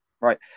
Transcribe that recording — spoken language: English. right